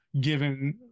given